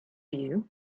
you